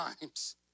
times